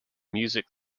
music